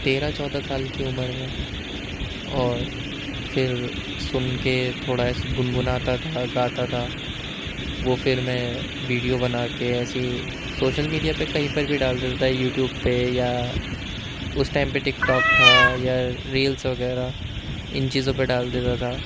تیرہ چودہ سال کی عمر میں اور پھر سن کے تھوڑا ایسے ہی گنگناتا تھا گاتا تھا وہ پھر میں ویڈیو بنا کے ایسے ہی سوشل میڈیا پر کہیں پر بھی ڈال دیتا تھا یوٹیوب پہ یا اس ٹائم پہ ٹک ٹاک تھا یا ریلس وغیرہ ان چیزوں پہ ڈال دیتا تھا